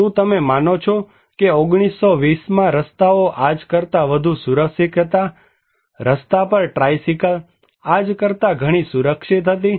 શું તમે માનો છો કે 1920માં રસ્તાઓ આજ કરતાં વધુ સુરક્ષિત હતા રસ્તા પર ટ્રાઇસિકલ આજ કરતાં ઘણી સુરક્ષિત હતી